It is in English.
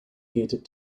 heated